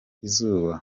izuba